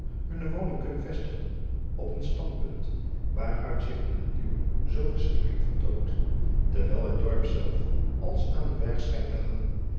hunne woning kunnen vestigen op een standpunt waaruit zich de natuur zoo verschrikkelijk vertoont terwijl het dorp zelf als aan den berg schijnt te hangen